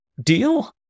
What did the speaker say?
Deal